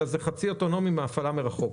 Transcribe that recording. אלא חצי אוטונומי מהפעלה מרחוק.